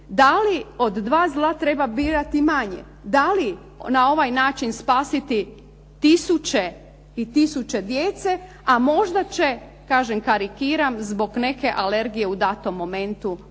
da li od dva zla treba birati manje? Da li na ovaj način spasiti tisuće i tisuće djece, a možda će, kažem karikiram, zbog neke alergije u datom momentu